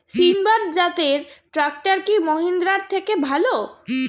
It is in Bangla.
সিণবাদ জাতের ট্রাকটার কি মহিন্দ্রার থেকে ভালো?